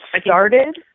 started